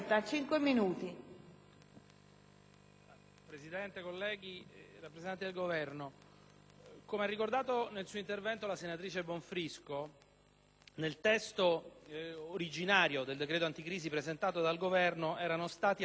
Presidente, colleghi, signori rappresentanti del Governo, come ha ricordato nel suo intervento la senatrice Bonfrisco, nel testo originario del decreto anticrisi presentato dal Governo erano stati azzerati i cosiddetti ecoincentivi,